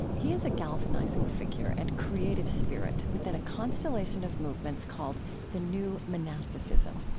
he is a galvanizing figure and creative spirit within a constellation of movements called the new monasticism.